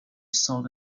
sought